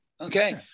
Okay